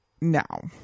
Now